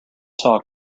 talk